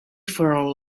for